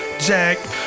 Jack